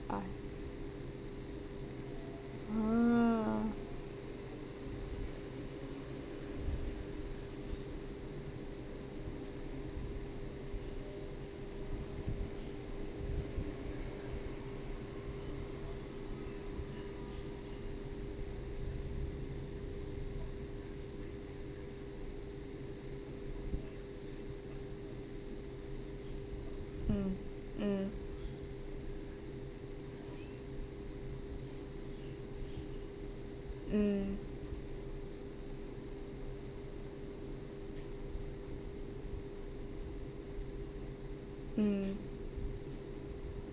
I mm mm mm mm mm